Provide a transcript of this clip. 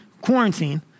quarantine